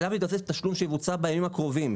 אליו מתווסף תשלום שיבוצע בימים הקרובים,